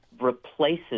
replaces